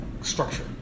structure